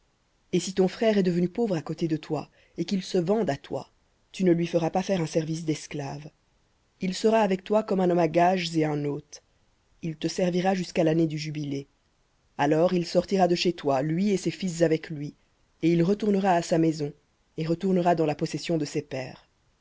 et si ton frère est devenu pauvre à côté de toi et qu'il se vende à toi tu ne lui feras pas faire un service desclave il sera avec toi comme un homme à gages et un hôte il te servira jusqu'à l'année du jubilé alors il sortira de chez toi lui et ses fils avec lui et il retournera à sa famille et retournera dans la possession de ses pères